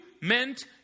meant